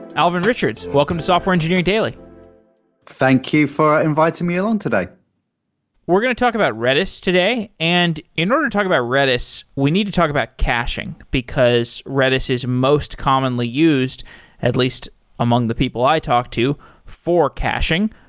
alvin richards, welcome to software engineering daily thank you for inviting me along today we're going to talk about redis today, and in order to talk about redis, we need to talk about caching, because redis is most commonly used at least among the people i talk to for caching.